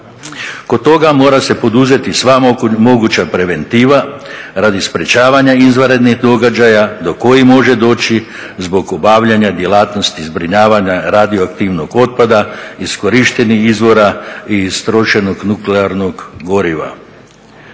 Kod toga mora se poduzeti sva moguća preventiva radi sprečavanja izvanrednih događaja do kojih može doći zbog obavljanja djelatnosti zbrinjavanja radioaktivnog otpada, iskorištenih izvora i iskorištenog nuklearnog goriva.